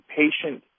patient